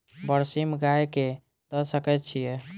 बरसीम गाय कऽ दऽ सकय छीयै?